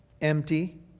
empty